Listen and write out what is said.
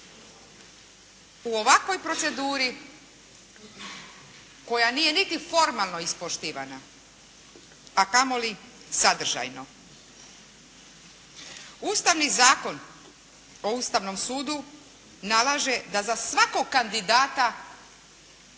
u ovakvoj proceduri koja nije niti formalno ispoštivana a kamoli sadržajno. Ustavni zakon o Ustavnom sudu nalaže da za svakog kandidata bude